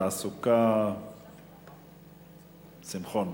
התעשייה והתעסוקה שמחון,